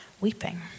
weeping